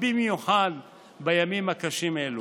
במיוחד בימים קשים אלו.